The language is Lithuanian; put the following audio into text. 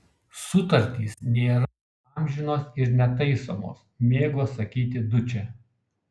sutartys nėra amžinos ir netaisomos mėgo sakyti dučė